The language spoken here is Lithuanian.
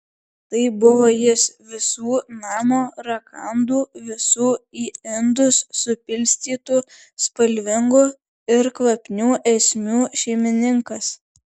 tai buvo jis visų namo rakandų visų į indus supilstytų spalvingų ir kvapnių esmių šeimininkas